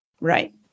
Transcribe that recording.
Right